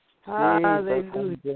Hallelujah